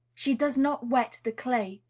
she does not wet the clay.